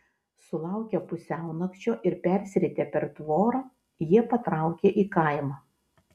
sulaukę pusiaunakčio ir persiritę per tvorą jie patraukė į kaimą